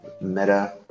meta